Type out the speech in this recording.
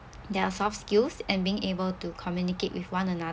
there are soft skills and being able to communicate with one another